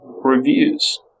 reviews